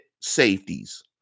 safeties